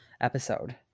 episode